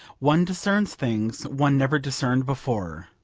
one discerns things one never discerned before.